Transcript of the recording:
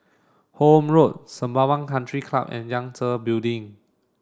Horne Road Sembawang Country Club and Yangtze Building